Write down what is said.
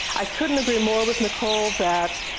i couldn't agree more with nicole that